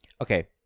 Okay